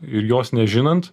ir jos nežinant